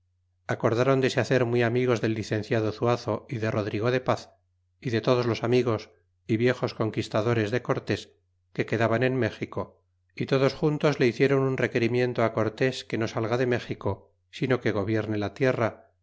se hacer muy aigos del licenciado zuazo y de rodrigo da'paz y de todos los amigos y viejos conquistadores de cortés que quedaban en méxico y todos juntos le hicieron un requerimiento cortés que no salga de méxico sino que gobierne la tierra